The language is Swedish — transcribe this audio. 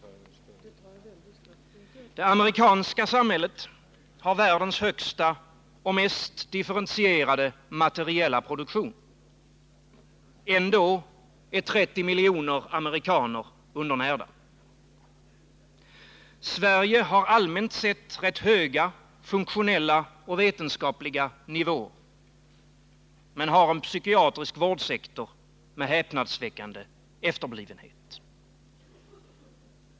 Det amerikanska samhället har världens högsta och mest differentierade Nr 34 materiella produktion. Ändå är 30 miljoner amerikaner undernärda. Sverige Onsdagen den har allmänt sett rätt höga funktionella och vetenskapliga nivåer — men har en 21 november 1979 psykiatrisk vårdsektor med häpnadsväckande efterblivenhet.